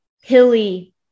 hilly